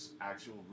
actual